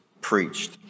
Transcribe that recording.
preached